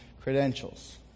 credentials